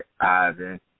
Ivan